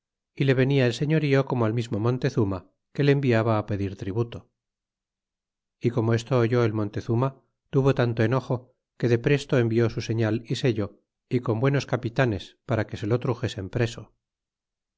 y le venia el señorío como al mismo montezuma que le enviaba pedir tributo y como esto oyó el montezuma tuvo tanto enojo que de presto envió su señal y sello y con buenos capitanes para que se lo truxesen preso